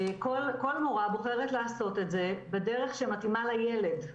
כל מורה בוחרת לעשות את זה בדרך שמתאימה לילד.